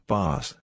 Boss